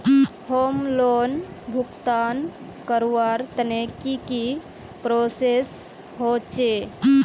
Home loan भुगतान करवार तने की की प्रोसेस होचे?